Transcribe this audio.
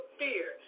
fear